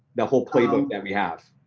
the whole playbook that we have?